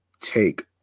take